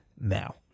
now